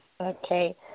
Okay